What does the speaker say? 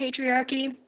patriarchy